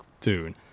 dude